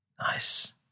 Nice